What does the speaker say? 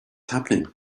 happening